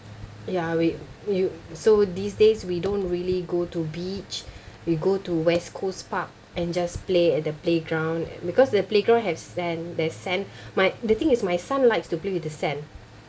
ya with you so these days we don't really go to beach we go to west coast park and just play at the playground because the playground have sand there's sand might the thing is my son likes to play with the sand